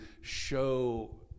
show